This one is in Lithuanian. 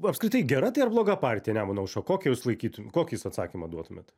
apskritai gera tai ar bloga partija nemuno aušra kokia jūs laikytų kokį jūs atsakymą duotumėt